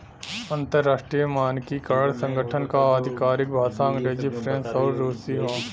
अंतर्राष्ट्रीय मानकीकरण संगठन क आधिकारिक भाषा अंग्रेजी फ्रेंच आउर रुसी हौ